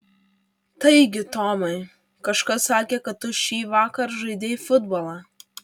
taigi tomai kažkas sakė kad tu šįvakar žaidei futbolą